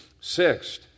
Sixth